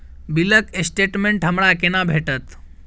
बिलक स्टेटमेंट हमरा केना भेटत?